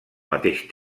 mateix